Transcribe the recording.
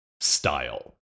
style